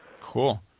Cool